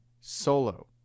solo